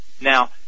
Now